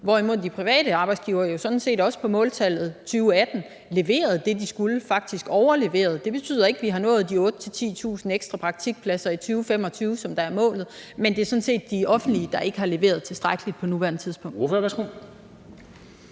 Hvorimod de private arbejdsgivere jo sådan set også på måltallet 2018 leverede det, de skulle, og faktisk overleverede. Det betyder ikke, at vi har nået 8.000-10.000 ekstra praktikpladser i 2025, som der er målet, men det er sådan set de offentlige, der ikke har leveret tilstrækkeligt på nuværende tidspunkt.